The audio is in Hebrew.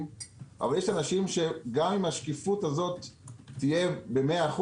אבל יש אנשים שגם אם השקיפות הזו תהיה ב-100%,